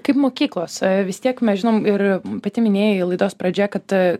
kaip mokyklos vis tiek mes žinom ir pati minėjai laidos pradžioje kad